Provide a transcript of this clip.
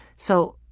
so